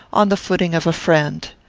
on the footing of a friend.